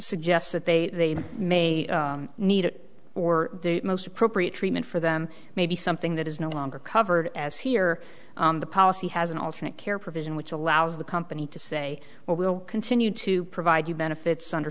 suggests that they may need it or the most appropriate treatment for them may be something that is no longer covered as here the policy has an alternate care provision which allows the company to say well we'll continue to provide you benefits under